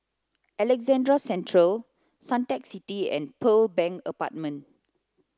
Alexandra Central Suntec City and Pearl Bank Apartment